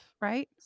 Right